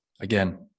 again